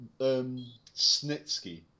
Snitsky